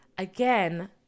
Again